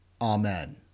Amen